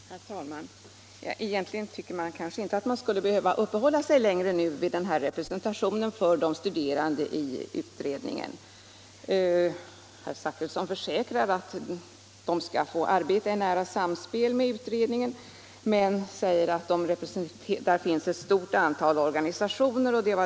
Herr talman! Man skulle kanske kunna tycka att vi nu egentligen inte längre skulle behöva uppehålla oss vid de studerandes representation i utredningen. Herr Zachrisson försäkrar att de skall få arbeta i nära samspel med utredningen men säger att svårigheten är att det finns ett stor antal organisationer.